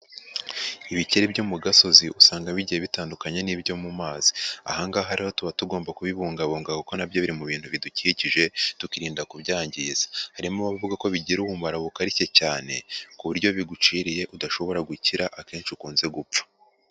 Ibikeri byo mu gasozi usanga bigiye bitandukanye n'ibyo mu mazi, aha ngaha rero tuba tugomba kubibungabunga kuko nabyo biri mu bintu bidukikije, tukirinda kubyangiza. Harimo abavuga ko bigira ubumara bukarishye cyane ku buryo iyo biguciriye udashobora gukira akenshi ukunze gupfa.